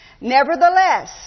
Nevertheless